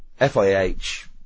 FIH